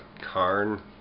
Karn